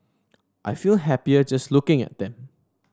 I feel happier just looking at them